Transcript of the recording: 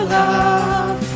love